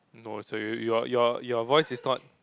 no sorry your your your voice is not